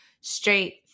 straight